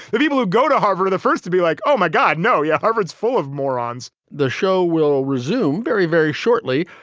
the people who go to harvard, the first to be like, oh, my god. no. yeah, harvard is full of morons the show will will resume very, very shortly.